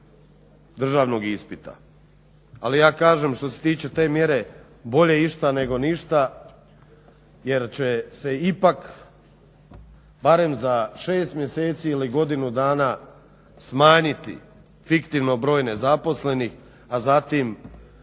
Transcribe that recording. državnog ispita. Ali ja kažem što se tiče te mjere bolje išta nego ništa jer će se ipak barem za 6 mjeseci ili godinu dana smanjiti fiktivno broj nezaposlenih, a zatim